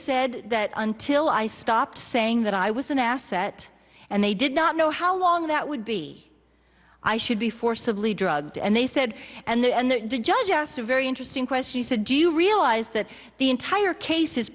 said that until i stopped saying that i was an asset and they did not know how long that would be i should be forcibly drugged and they said and the judge asked a very interesting question he said do you realize that the entire case is